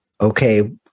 okay